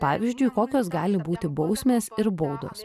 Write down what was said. pavyzdžiui kokios gali būti bausmės ir baudos